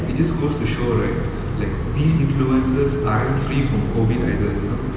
it just goes to show right like these influencers aren't free from COVID either you know